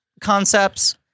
concepts